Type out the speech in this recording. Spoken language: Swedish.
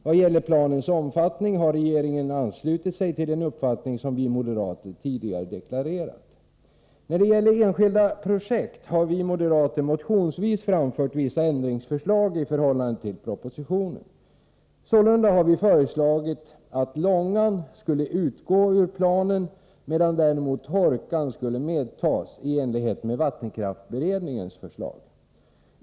Vad gäller planens omfattning har regeringen anslutit sig till den uppfattning som vi moderater tidigare deklarerat. När det gäller enskilda projekt har vi moderater motionsvis framfört vissa ändringsförslag i förhållande till propositionen. Sålunda har vi föreslagit att Långan skulle utgå ur planen, medan däremot Hårkan skulle medtas i enlighet med vattenkraftsberedningens förslag.